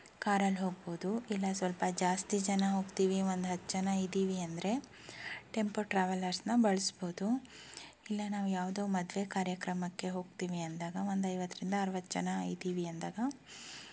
ಕಾರಲ್ಲಿ ಹೋಗ್ಬೌದು ಇಲ್ಲ ಸ್ವಲ್ಪ ಜಾಸ್ತಿ ಜನ ಹೋಗ್ತೀವಿ ಒಂದು ಹತ್ತು ಜನ ಇದ್ದೀವಿ ಅಂದರೆ ಟೆಂಪೋ ಟ್ರಾವೆಲರ್ಸನ್ನ ಬಳ್ಸ್ಬೌದು ಇಲ್ಲ ನಾವು ಯಾವುದೋ ಮದುವೆ ಕಾರ್ಯಕ್ರಮಕ್ಕೆ ಹೋಗ್ತೀವಿ ಅಂದಾಗ ಒಂದು ಐವತ್ತರಿಂದ ಅರುವತ್ತು ಜನ ಇದ್ದೀವಿ ಅಂದಾಗ